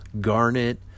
garnet